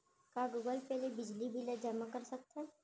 का Google Pay ले बिजली बिल ल जेमा कर सकथन?